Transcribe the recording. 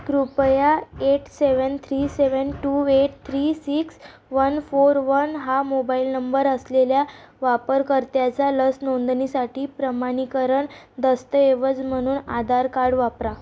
कृपया eight seven three seven two eight three six one four one हा mobile number असलेल्या वापरकर्त्याचा लस नोंदणीसाठी प्रमाणीकरण दस्तऐवज म्हणून आधार कार्ड वापरा